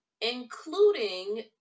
including